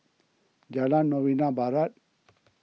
Jalan Novena Barat